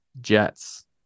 Jets